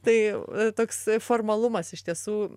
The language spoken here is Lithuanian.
tai toks formalumas iš tiesų